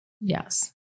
Yes